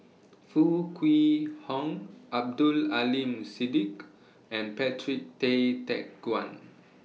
Foo Kwee Horng Abdul Aleem Siddique and Patrick Tay Teck Guan